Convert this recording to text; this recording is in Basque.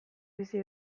bizi